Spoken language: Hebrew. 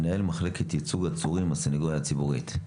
מנהל מחלקת ייצוג עצורים בסנגוריה הציבורית.